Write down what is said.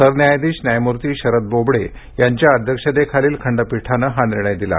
सरन्यायाधीश न्यायमूर्ती शरद बोबडे यांच्या अध्यक्षतेखालील खंडपीठानं हा निर्णय दिला